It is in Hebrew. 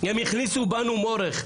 הם הכניסו בנו מורך.